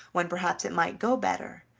when perhaps it might go better,